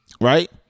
right